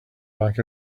back